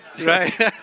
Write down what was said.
Right